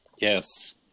Yes